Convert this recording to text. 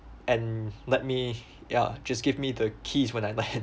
and let me ya just give me the keys when I land